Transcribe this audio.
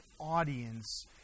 audience